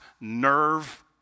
nerve